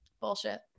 Bullshit